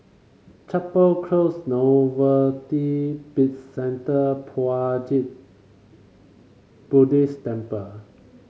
Chapel Close Novelty Bizcentre Puat Jit Buddhist Temple